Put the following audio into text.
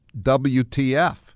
WTF